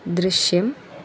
ദൃശ്യം